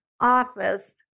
office